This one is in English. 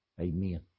Amen